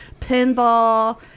pinball